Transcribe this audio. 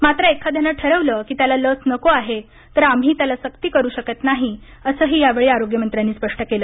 मात्र एखाद्यानं ठरवलं की त्याला लस नको आहे तर आम्ही त्याला सक्ती करु शकत नाही असंही यावेळी आरोग्य मंत्र्यांनी स्पष्ट केलं